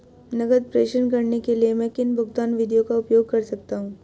नकद प्रेषण करने के लिए मैं किन भुगतान विधियों का उपयोग कर सकता हूँ?